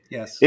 Yes